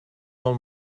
del